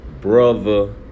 brother